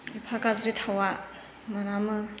एफा गाज्रि थावआ मोनामो